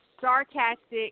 sarcastic